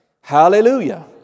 Hallelujah